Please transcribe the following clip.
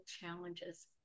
challenges